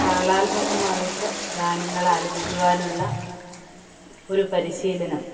താളാത്മകമായിട്ട് ഗാനങ്ങൾ ആലപിക്കുവാനുള്ള ഒരു പരിശീലനം